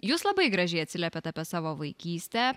jūs labai gražiai atsiliepėt apie savo vaikystę